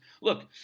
Look